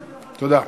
תודה.